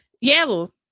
yellow